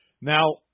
Now